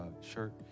shirt